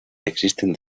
existen